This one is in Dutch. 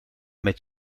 met